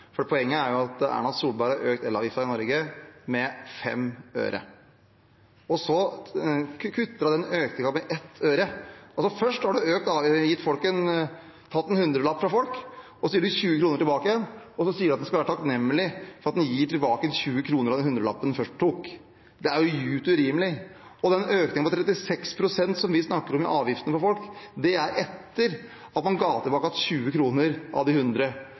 fakta. Poenget er at Erna Solberg har økt elavgiften i Norge med 5 øre, og så kutter hun den økningen med 1 øre. Først tar hun en hundrelapp fra folk, så gir hun 20 kr tilbake, og så sier hun at en skal være takknemlig for at hun gir tilbake 20 kr av den hundrelappen hun først tok. Det er dypt urimelig. Og den økningen på 36 pst. som vi snakker om, i avgiftene for folk, er etter at man ga tilbake 20 kr av de 100.